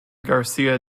garcia